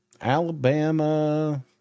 Alabama –